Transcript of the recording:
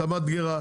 את המדגרה,